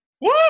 Woo